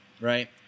Right